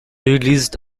released